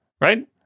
right